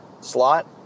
slot